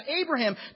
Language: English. Abraham